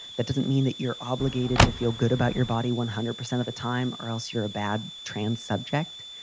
that doesn't mean that you're obligated to feel good about your body one hundred percent of the time or else you're a bad trans subject.